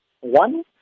One